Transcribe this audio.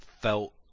felt